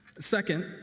Second